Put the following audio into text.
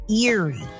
eerie